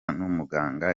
n’umuganga